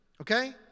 Okay